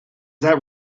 that